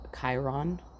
Chiron